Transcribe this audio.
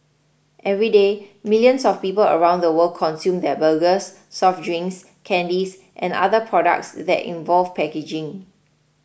everyday millions of people around the world consume their burgers soft drinks candies and other products that involve packaging